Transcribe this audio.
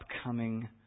upcoming